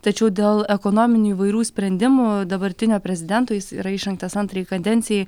tačiau dėl ekonominių įvairių sprendimų dabartinio prezidento jis yra išrinktas antrai kadencijai